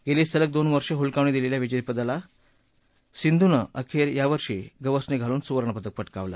गेली सलग दोन वर्ष हुलकावणी दिलेल्या विजेतेपदाला सिंधुनं अखेर यावर्षी गवसणी घालून सुवर्णपदक पटकावलं